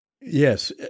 Yes